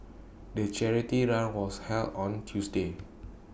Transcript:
the charity run was held on Tuesday